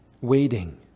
waiting